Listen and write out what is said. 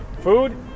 Food